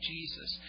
Jesus